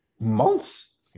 months